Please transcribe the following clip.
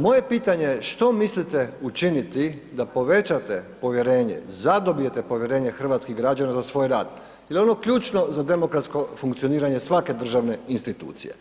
Moje pitanje što mislite učiniti da povećate povjerenje, zadobijete povjerenje hrvatskih građana za svoj rad jer je ono ključno za demokratsko funkcioniranje svake državne institucije,